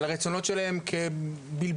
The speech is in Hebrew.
על הרצונות שלהם כבלבול,